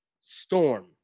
Storm